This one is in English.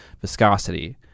viscosity